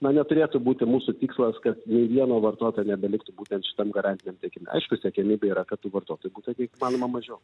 na neturėtų būti mūsų tikslas kad nė vieno vartotojo nebeliktų būtent šitam garantiniam tiekime aišku siekiamybė yra kad tų vartotojų būtų kiek įmanoma mažiau